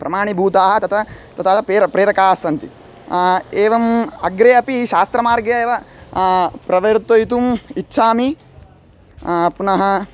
प्रमाणिभूताः तथा तथा पेर प्रेरकाः सन्ति एवम् अग्रे अपि शास्त्रमार्गे एव प्रवर्तयितुम् इच्छामि पुनः